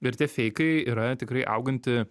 ir tie feikai yra tikrai auganti